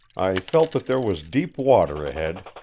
i felt that there was deep water ahead.